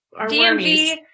DMV